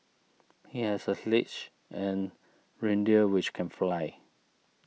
he has a sleigh and reindeer which can fly